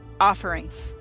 offerings